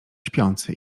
śpiący